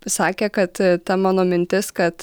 sakė kad ta mano mintis kad